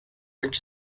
with